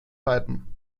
python